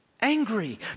Angry